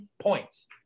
points